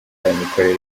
imikorere